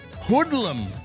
Hoodlum